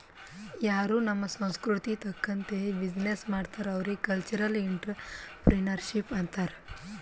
ಯಾರೂ ನಮ್ ಸಂಸ್ಕೃತಿ ತಕಂತ್ತೆ ಬಿಸಿನ್ನೆಸ್ ಮಾಡ್ತಾರ್ ಅವ್ರಿಗ ಕಲ್ಚರಲ್ ಇಂಟ್ರಪ್ರಿನರ್ಶಿಪ್ ಅಂತಾರ್